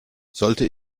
sollte